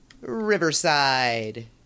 Riverside